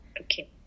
Okay